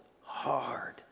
hard